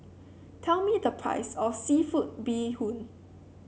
tell me the price of seafood Bee Hoon